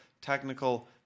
technical